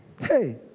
Hey